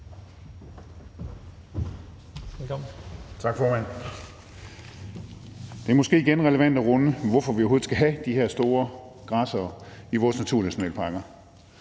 Tak, formand. Det er måske igen relevant at runde, hvorfor vi overhovedet skal have de her store græssere i vores naturnationalparker.